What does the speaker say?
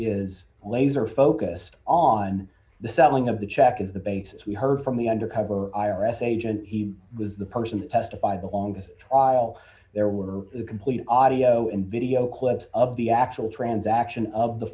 is laser focused on the selling of the check is the bait as we heard from the undercover i r s agent he was the person testified the longest while there were complete audio and video clips of the actual transaction of the